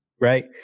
right